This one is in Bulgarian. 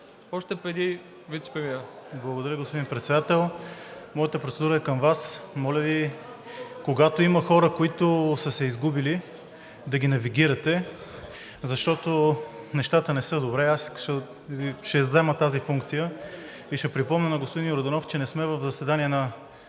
(Нечленуващ в ПГ): Благодаря, господин Председател. Моята процедура е към Вас. Моля Ви, когато има хора, които са се изгубили, да ги навигирате, защото нещата не са добре. Аз ще иззема тази функция и ще припомня на господин Йорданов, че не сме в заседание на